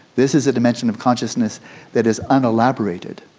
this is a dimension of consciousness that is unelaborated,